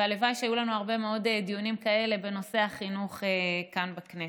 והלוואי שהיו לנו הרבה מאוד דיונים כאלה בנושא החינוך כאן בכנסת.